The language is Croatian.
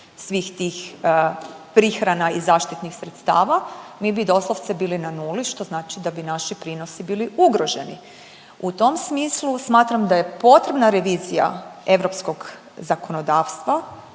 svih tih prihrana i zaštitnih sredstava mi bi doslovce bili na nuli što znači da bi naši prinosi bili ugroženi. U tom smislu smatram da je potrebna revizija europskog zakonodavstva,